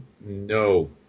no